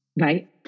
Right